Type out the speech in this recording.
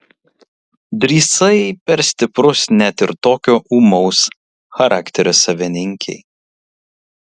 drįsai per stiprus net ir tokio ūmaus charakterio savininkei